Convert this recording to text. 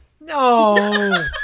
No